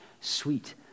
sweet